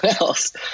else